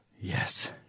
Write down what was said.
Yes